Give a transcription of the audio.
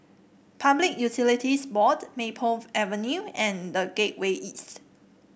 Public Utilities Board Maple Avenue and The Gateway East